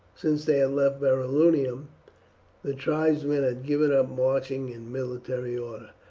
since they had left verulamium the tribesmen had given up marching in military order.